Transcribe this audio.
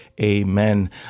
Amen